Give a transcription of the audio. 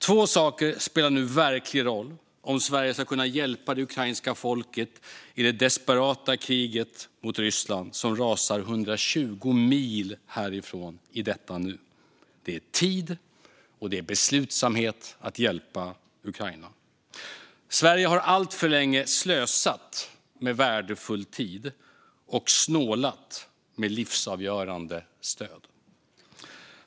Två saker spelar verklig roll om Sverige ska kunna hjälpa det ukrainska folket i det desperata krig mot Ryssland som rasar 120 mil härifrån i detta nu: Det är tid, och det är beslutsamhet att hjälpa Ukraina. Sverige har alltför länge slösat med värdefull tid och snålat med livsavgörande stöd.